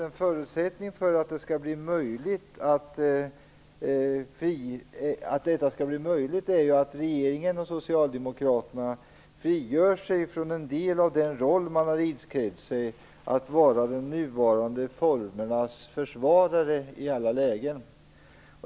En förutsättning för att detta skall bli möjligt är ju att regeringen och socialdemokraterna frigör sig från en del av den roll de har iklätt sig att vara de nuvarande formernas försvarare i alla lägen.